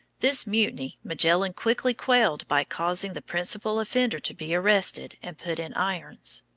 this mutiny magellan quickly quelled by causing the principal offender to be arrested and put in irons.